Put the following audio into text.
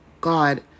God